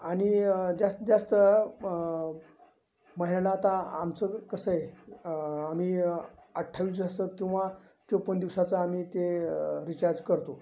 आणि जास्तीत जास्त महिन्याला आता आमचं कसं आहे आम्ही अठ्ठावीस किंवा चोपन्न दिवसाचं आम्ही ते रिचार्ज करतो